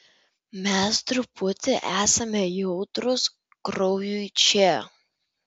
mes truputį esame jautrūs kraujui čia